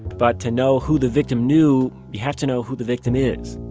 but to know who the victim knew, you have to know who the victim is.